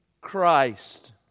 Christ